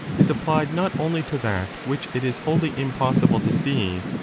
is applied not only to that which it is wholly impossible to see,